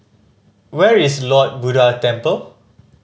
where is Lord Buddha Temple